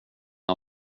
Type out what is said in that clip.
har